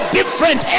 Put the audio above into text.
different